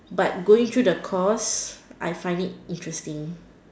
but going through the course I find it interesting